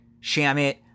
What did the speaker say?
Shamit